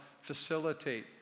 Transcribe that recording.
facilitate